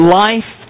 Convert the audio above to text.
life